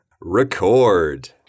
Record